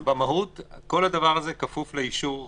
במהות כל הדבר הזה כפוף לאישור חריג.